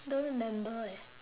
don't remember eh